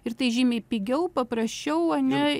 ir tai žymiai pigiau paprasčiau ane